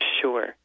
Sure